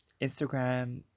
Instagram